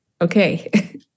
okay